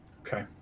Okay